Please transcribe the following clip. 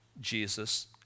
Jesus